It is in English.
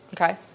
Okay